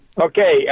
Okay